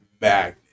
magnet